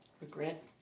Regret